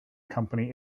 company